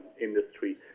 industry